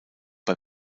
bei